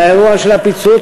לאירוע של הפיצוץ,